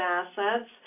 assets